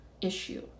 issue